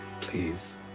Please